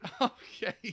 Okay